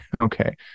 okay